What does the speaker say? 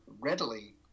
readily